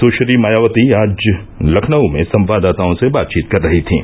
सुश्री मायावती आज लखनऊ में संवाददाताओं से बातचीत कर रहीं थीं